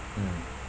mm